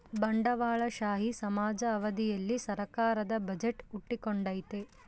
ಬಂಡವಾಳಶಾಹಿ ಸಮಾಜದ ಅವಧಿಯಲ್ಲಿ ಸರ್ಕಾರದ ಬಜೆಟ್ ಹುಟ್ಟಿಕೊಂಡೈತೆ